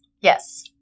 Yes